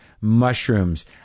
mushrooms